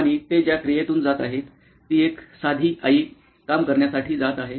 आणि ते ज्या क्रियेतून जात आहेत ती एक साधी आई काम करण्यासाठी जात आहे